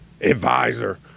advisor